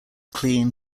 clean